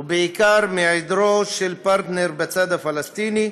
ובעיקר מהיעדרו של פרטנר בצד הפלסטיני.